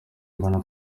mbona